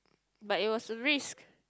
but it was a risk